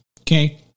Okay